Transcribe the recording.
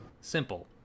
simple